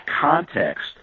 context